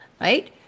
right